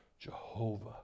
jehovah